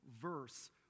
verse